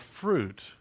fruit